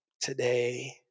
today